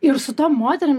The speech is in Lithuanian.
ir su tom moterim